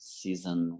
season